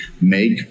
make